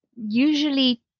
usually